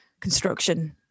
Construction